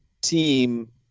team